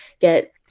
get